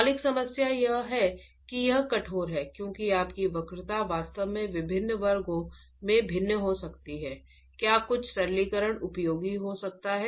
मौलिक समस्या यह है कि यह कठोर है क्योंकि आपकी वक्रता वास्तव में विभिन्न वर्गों में भिन्न हो सकती है क्या कुछ सरलीकरण उपयोगी हो सकता है